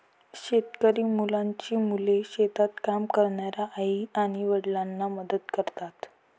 शेतकरी मुलांची मुले शेतात काम करणाऱ्या आई आणि वडिलांना मदत करतात